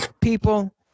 People